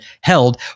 held